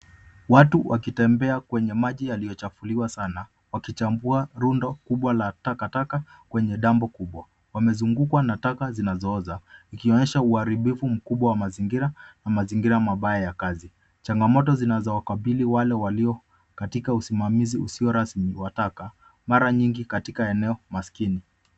Watu wakitembea kwenye maji yaliyochafuliwa sana wakichambua rundo kubwa la takataka kwenye dambo kubwa. Wamezungukwa na taka zinazooza ikionyesha uharibifu mkubwa wa mazingira na mazingira mabaya ya kazi. Changamoto zinazowakabili wale walio katika usimamizi usio rasmi wa taka mara nyingi katika eneo maskini.